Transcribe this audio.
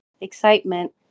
excitement